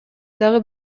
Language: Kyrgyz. дагы